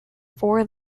four